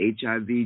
HIV